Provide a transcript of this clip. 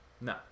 No